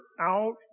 out